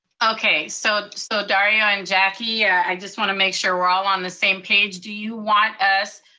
okay, so so dario and jackie, i just wanna make sure we're all on the same page. do you want us,